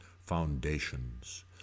Foundations